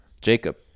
Jacob